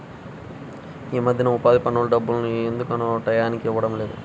యీ మద్దెన ఉపాధి పనుల డబ్బుల్ని ఎందుకనో టైయ్యానికి ఇవ్వడం లేదు